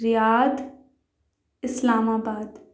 ریاض اسلام آباد